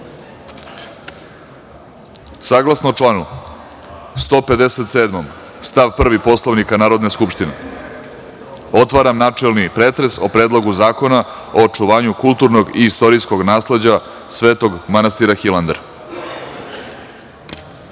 članu 157. stav 1. Poslovnika Narodne skupštine, otvaram načelni pretres o Predlogu zakona o očuvanju kulturnog i istorijskog nasleđa Svetog manastira